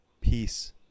peace